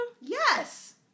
Yes